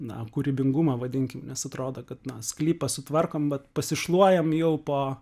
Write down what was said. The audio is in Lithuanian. na kūrybingumą vadinkim nes atrodo kad na sklypas sutvarkom vat pasišluojam jau po